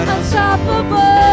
Unstoppable